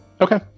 okay